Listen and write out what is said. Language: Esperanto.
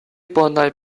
bonaj